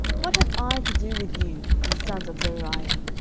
what have i to do with you, ye sons of zeruiah?